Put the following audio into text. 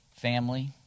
family